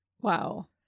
Wow